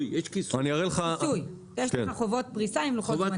יש לך חובות פריסה עם לוחות זמנים.